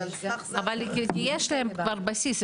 אבל יש להם כבר בסיס.